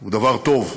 הוא דבר טוב.